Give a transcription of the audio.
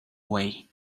way